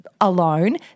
Alone